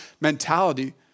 mentality